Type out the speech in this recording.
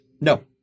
No